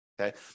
Okay